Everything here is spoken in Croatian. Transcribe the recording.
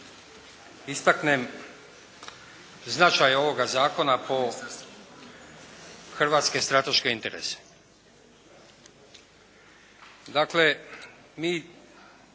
istaknem značaj ovog Zakona po hrvatske strateške interese. Dakle, mi